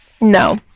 No